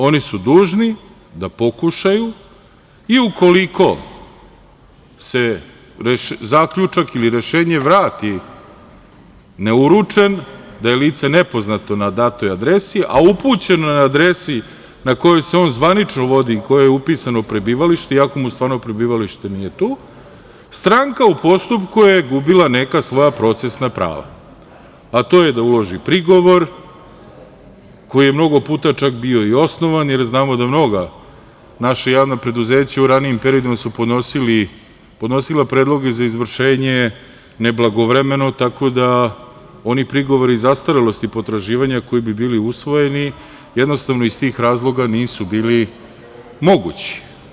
Oni su dužni da pokušaju i ukoliko se zaključak ili rešenje vrati neuručeno, da je lice nepoznato na datoj adresi, a upućeno je na adresu na kojoj se on zvanično vodi, u kojoj je upisano prebivalište, iako mu stvarno prebivalište nije tu, stranka u postupku je gubila neka svoja procesna prava, a to je da uloži prigovor, koji je mnogo puta čak bio i osnovan, jer znamo da mnoga naša javna preduzeća u ranijim periodima su podnosila predloge za izvršenje neblagovremeno, tako da oni prigovori zastarelosti potraživanja koji bi bili usvojeni jednostavno iz tih razloga nisu bili mogući.